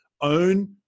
own